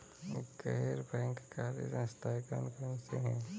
गैर बैंककारी संस्थाएँ कौन कौन सी हैं?